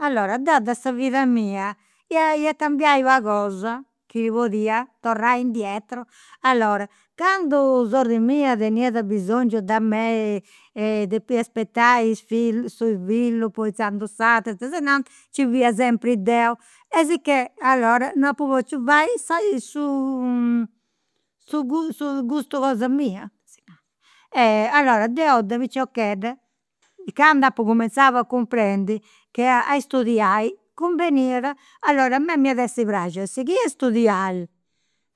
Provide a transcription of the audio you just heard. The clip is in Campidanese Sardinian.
Allora, deu de sa vida mia ia ia cambiai una cosa, chi podia torrai indietro. Allora, candu sorri mia teniat abisongiu de mei depiat aspetai su fillu, poi inzandus s'aturu e tesinanta, nci fia sempri deu e sicchè, allora non apu potziu fai sa su gustu cosa mia. Allora deu de piciochedda candu apu cumenzau a cumprendi che a studiai cumbeniat, allora a me mi at essi praxiu a sighiri a studiai,